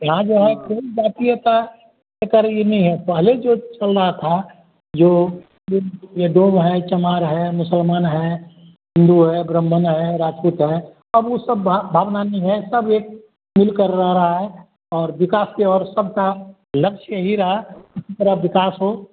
यहाँ जो है कोई जातीयता एकर यह नहीं है पहले जो चल रहा था जो ये डोम है चमार है मुसलमान है हिन्दू है ब्राह्मण है राजपूत है अब उ सब भा भवना नहीं है सब एक मिलकर रह रहा है और विकास के और सबका लक्ष्य यही रहा किसी तरह विकास हो